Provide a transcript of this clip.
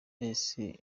mbese